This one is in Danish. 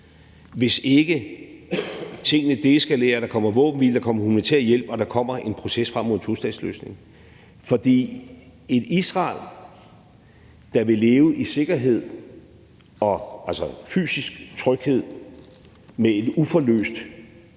hvis ikke tingene deeskalerer og der kommer våbenhvile, humanitær hjælp og en proces frem mod en tostatsløsning. For et Israel, der vil leve i sikkerhed og have fysisk tryghed med et uforløst